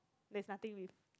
there's nothing with